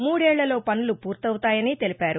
మూడేళ్లలో పనులు పూర్తవుతాయని తెలిపారు